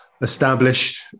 established